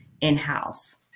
in-house